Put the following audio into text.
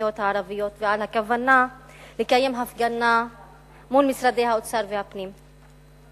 המקומיות הערביות ועל הכוונה לקיים הפגנה מול משרדי האוצר והפנים.